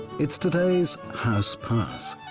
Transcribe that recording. it's today's howse pass.